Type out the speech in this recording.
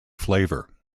flavor